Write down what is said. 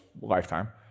lifetime